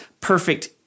perfect